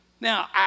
Now